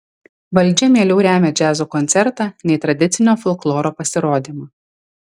valdžia mieliau remia džiazo koncertą nei tradicinio folkloro pasirodymą